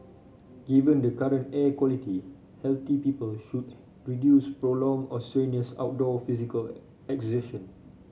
given the current air quality healthy people should reduce prolonged or strenuous outdoor physical exertion